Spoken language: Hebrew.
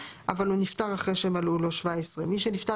אבל הוא נפטר אחרי שמלאו לו 17. מי שנפטר